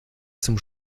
zum